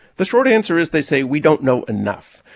the short answer is they say we don't know enough.